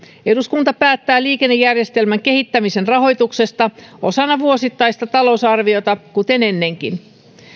eduskunta päättää liikennejärjestelmän kehittämisen rahoituksesta osana vuosittaista talousarviota kuten ennenkin